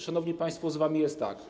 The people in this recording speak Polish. Szanowni państwo, z wami jest tak.